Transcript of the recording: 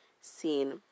seen